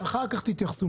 אחר כך תתייחסו.